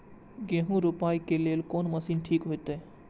गेहूं रोपाई के लेल कोन मशीन ठीक होते?